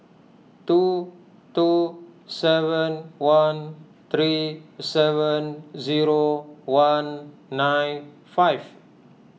two two seven one three seven zero one nine five